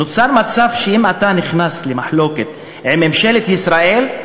נוצר מצב שאם אתה נכנס למחלוקת עם ממשלת ישראל,